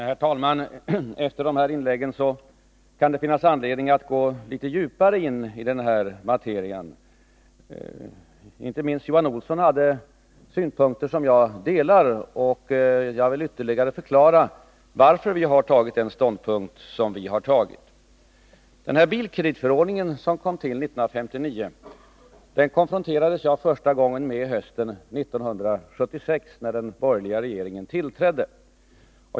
Herr talman! Efter de här inläggen kan det finnas anledning att gå litet djupare in i denna materia. Inte minst Johan Olsson framförde synpunkter som jag delar, och jag vill ytterligare förklara vår ståndpunkt. Bilkreditförordningen, som kom till 1959, konfronterades jag med första gången hösten 1976 när den borgerliga regeringen tillträdde.